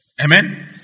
Amen